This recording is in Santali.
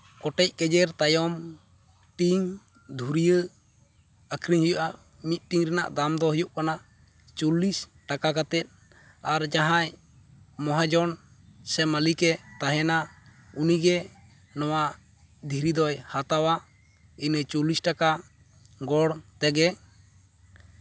ᱠᱚᱴᱮᱡ ᱜᱮᱡᱮᱨ ᱛᱟᱭᱚᱢ ᱴᱤᱱ ᱫᱷᱩᱨᱭᱟᱹ ᱟᱹᱠᱷᱨᱤᱧ ᱦᱩᱭᱩᱜᱼᱟ ᱢᱤᱫ ᱴᱤᱱ ᱨᱮᱱᱟᱜ ᱫᱟᱢ ᱫᱚ ᱦᱩᱭᱩᱜ ᱠᱟᱱᱟ ᱪᱚᱞᱞᱤᱥ ᱴᱟᱠᱟ ᱠᱟᱛᱮᱫ ᱟᱨ ᱡᱟᱦᱟᱸᱭ ᱢᱚᱦᱟᱡᱚᱱ ᱥᱮ ᱢᱟᱹᱞᱤᱠᱮ ᱛᱟᱦᱮᱱᱟ ᱩᱱᱤᱜᱮ ᱱᱚᱣᱟ ᱫᱷᱤᱨᱤ ᱫᱚᱭ ᱦᱟᱛᱟᱣᱟ ᱤᱱᱟᱹ ᱪᱚᱞᱞᱤᱥ ᱴᱟᱠᱟ ᱜᱚᱲ ᱛᱮᱜᱮ